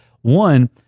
one